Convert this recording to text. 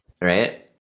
Right